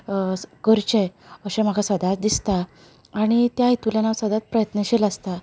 करचें अशें म्हाका सदांच दिसता आनी त्या हेतूंतल्यान हांव सदांच प्रयत्नशील आसता